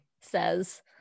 says